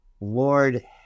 Lord